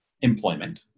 employment